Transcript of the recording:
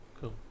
cool